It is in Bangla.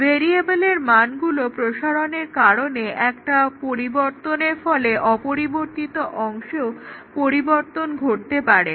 ভেরিয়েবলের মানগুলোর প্রসারনের কারণে একটা পরিবর্তনের ফলে অপরিবর্তিত অংশেও পরিবর্তন ঘটতে পারে